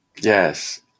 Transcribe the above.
Yes